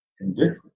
indifferent